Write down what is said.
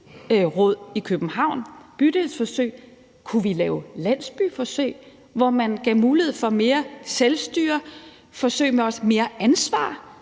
gamle dage lavede bydelsråd i København, lave landsbyforsøg, hvor man gav mulighed for mere selvstyre, og forsøg med mere ansvar,